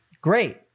Great